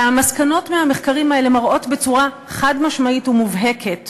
והמסקנות מהמחקרים האלה מראות בצורה חד-משמעית ומובהקת